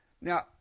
Now